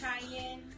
Trying